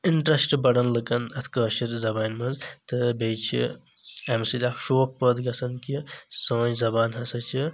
interest بڑان لُکن اَتھ کأشٔر زبانہِ منٛز تہٕ بیٚیہِ چھ امہِ سۭتۍ اکھ شوق پأدِ گژھان کہِ سأنۍ زبان ہسا چھ